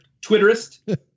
Twitterist